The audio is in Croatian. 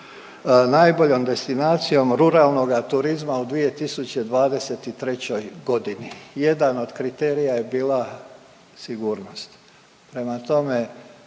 najboljom destinacijom ruralnoga turizma u 2023. godini. Jedan od kriterija je bila sigurnost. Prema tome,